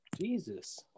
Jesus